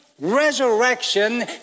resurrection